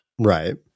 Right